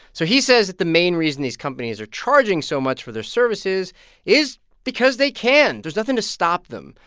so he says that the main reason these companies are charging so much for their services is because they can. there's nothing to stop them,